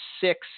six